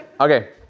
Okay